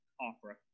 opera